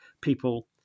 people